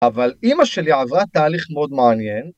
‫אבל אימא שלי עברה תהליך ‫מאוד מעניין.